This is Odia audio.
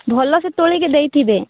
ଭଲ ସେ ତୋଳିକି ଦେଇଥିବେ